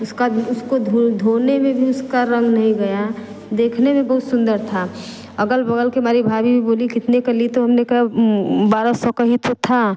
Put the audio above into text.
उसका उसको धो धोने में भी उसका रंग नहीं गया देखने में बहुत सुंदर था अग़ल बग़ल के मेरी भाभी भी बोली कितने का ली तो हम ने कहा बारह सौ का ही तो था